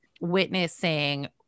witnessing